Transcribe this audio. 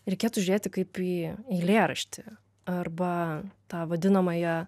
reikėtų žiūrėti kaip į eilėraštį arba tą vadinamąją